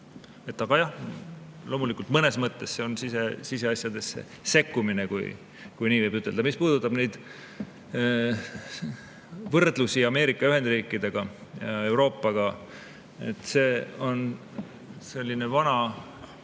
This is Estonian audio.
Aga jah, loomulikult, mõnes mõttes see on siseasjadesse sekkumine, kui nii võib ütelda. Mis puudutab võrdlusi Ameerika Ühendriikide ja Euroopaga –whataboutismon selle asja